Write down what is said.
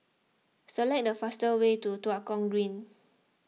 select the fastest way to Tua Kong Green